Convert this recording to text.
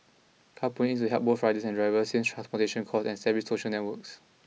carpooling aims to help both riders and drivers save transportation costs and establish social networks